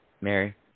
Mary